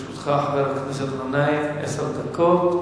לרשותך, חבר הכנסת גנאים, עשר דקות.